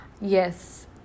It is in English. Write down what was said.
Yes